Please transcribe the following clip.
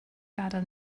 gadael